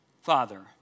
Father